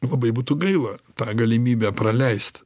labai būtų gaila tą galimybę praleist